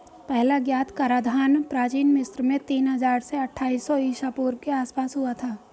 पहला ज्ञात कराधान प्राचीन मिस्र में तीन हजार से अट्ठाईस सौ ईसा पूर्व के आसपास हुआ था